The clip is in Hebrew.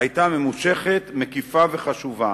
היתה ממושכת, מקיפה וחשובה.